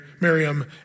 Miriam